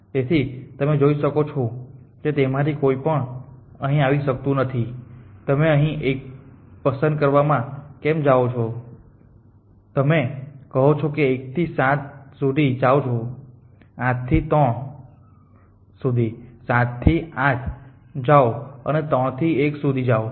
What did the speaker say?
તેથી તમે જોઈ શકો છો કે તેમાંથી કોઈ પણ અહીં આવી શકતું નથી તમે અહીં 1 પસંદ કરવા કેમ જાઓ છો તમે કહો છો કે 1 થી 7 સુધી જાઓ 8 થી 3 સુધી 7 થી 8 જાઓ અને 3 થી 1 સુધી જાઓ